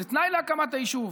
כאיזה תנאי להקמת היישוב,